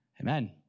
amen